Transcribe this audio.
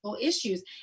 issues